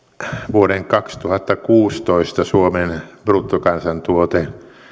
vuoden kaksituhattakuusitoista suomen bruttokansantuote oli